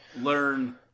learn